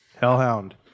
Hellhound